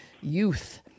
youth